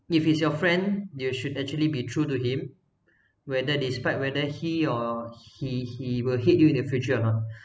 if he's your friend you should actually be true to him whether despite whether he or he he will hit you in the future or not